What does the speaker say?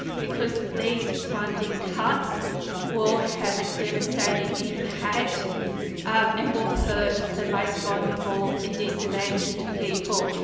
because these funding cuts will have a devastating impact and will hurt the most vulnerable and disadvantaged people.